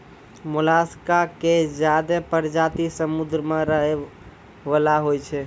मोलसका के ज्यादे परजाती समुद्र में रहै वला होय छै